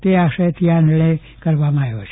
તે આશયથી આ નિર્ણય કરવામાં આવ્યો છે